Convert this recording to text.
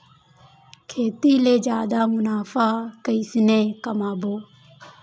खेती ले जादा मुनाफा कइसने कमाबो?